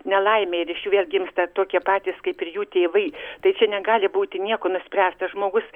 nelaimei ir iš jų vėl gimsta tokie patys kaip ir jų tėvai tai čia negali būti nieko nuspręsta žmogus